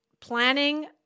planning